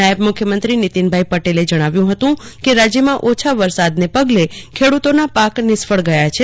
નાયબ મુખ્યમંત્રી નીતિનભાઈ પટેલે જણાવ્યું હતું કે રાજ્યમાં ઓછા વરસાદના પગલે ખેડૂતોના પાક નિષ્ફળ ગયા છે